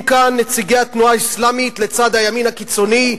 כאן נציגי התנועה האסלאמית לצד הימין הקיצוני,